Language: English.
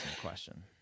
question